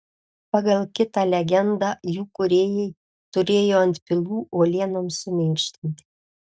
pagal kitą legendą jų kūrėjai turėjo antpilų uolienoms suminkštinti